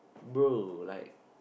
bro like